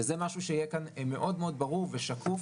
וזה משהו שיהיה כאן מאוד מאוד ברור ושקוף